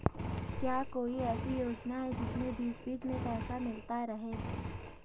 क्या कोई ऐसी योजना है जिसमें बीच बीच में पैसा मिलता रहे?